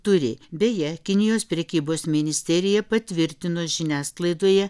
turi beje kinijos prekybos ministerija patvirtino žiniasklaidoje